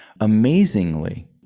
amazingly